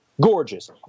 gorgeous